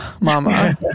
mama